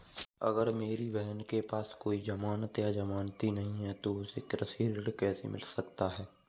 अगर मेरी बहन के पास कोई जमानत या जमानती नहीं है तो उसे कृषि ऋण कैसे मिल सकता है?